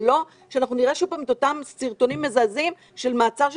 ולא שאנחנו נראה שוב את אותם סרטונים מזעזעים של מעצר של